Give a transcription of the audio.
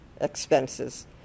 expenses